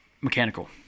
Mechanical